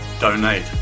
Donate